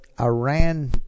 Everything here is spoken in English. Iran